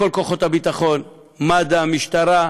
בכל כוחות הביטחון, מד"א, משטרה,